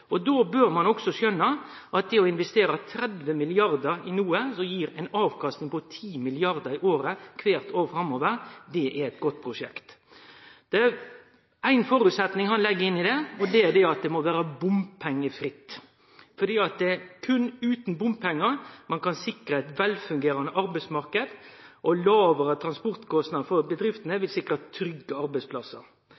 prosjekt. Då bør ein også skjønne at det å investere 30 mrd. kr i noko som gir ei avkasting på 10 mrd. kr i året kvart år framover, også er eit godt prosjekt. Ein føresetnad legg han for det, og det er at det må vere bompengefritt. Det er berre utan bompengar ein kan sikre ein vel fungerande arbeidsmarknad og lågare transportkostnader for bedriftene